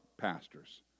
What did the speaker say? pastors